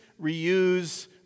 reuse